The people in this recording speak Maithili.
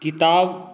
किताब